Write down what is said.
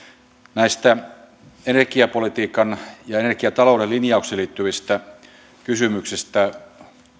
näistä energiapolitiikan ja energiatalouden linjauksiin liittyvistä kysymyksistä